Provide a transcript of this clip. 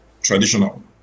traditional